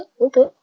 okay